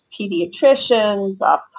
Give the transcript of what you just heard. pediatricians